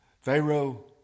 Pharaoh